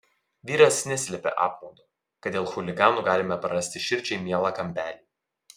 vyras neslėpė apmaudo kad dėl chuliganų galime prarasti širdžiai mielą kampelį